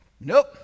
Nope